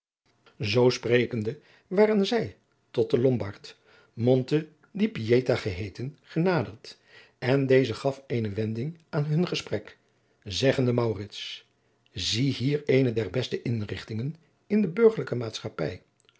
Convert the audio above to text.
zoo sprekende waren zij tot den lombard monte di pieta geheeten genaderd en deze gaf eene wending aan hun gesprek zeggende maurits zie hier eene der beste inrigtingen in de burgerlijke maatschappij